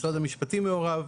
משרד המשפטים מעורב,